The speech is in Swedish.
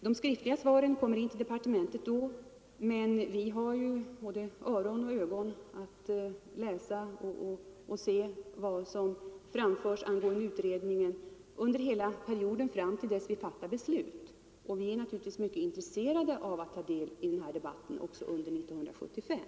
De skriftliga svaren kommer in till departementet vid nämnda tidpunkt, men vi har ju både öron och ögon att uppfatta vad som framförs angående utredningen under hela perioden fram till dess att vi fattar beslut, och vi är naturligtvis mycket intresserade av att ta del av denna debatt också under 1975.